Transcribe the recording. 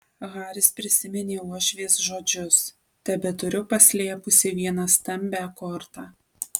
haris prisiminė uošvės žodžius tebeturiu paslėpusi vieną stambią kortą